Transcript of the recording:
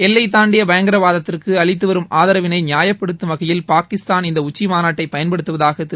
எல்லை தாண்டிய பயங்கரவாதத்திற்கு அளித்துவரும் ஆதரவினை நியாயப்படுத்தம் வகையில் பாகிஸ்தான் இந்த உச்சி மாநாட்டைப் பயன்படுத்துவதாக திரு